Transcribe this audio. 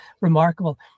remarkable